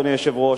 אדוני היושב-ראש,